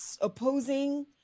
opposing